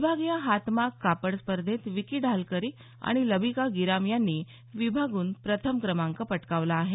विभागीय हातमाग कापड स्पर्धेत विकी ढालकरी आणि लबिका गिराम यांनी विभागून प्रथम क्रमांक पटकावला आहे